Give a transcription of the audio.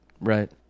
Right